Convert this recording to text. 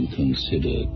consider